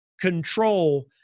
control